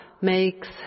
makes